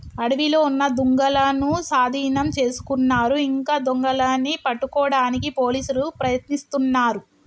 అడవిలో ఉన్న దుంగలనూ సాధీనం చేసుకున్నారు ఇంకా దొంగలని పట్టుకోడానికి పోలీసులు ప్రయత్నిస్తున్నారు